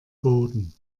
boden